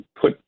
put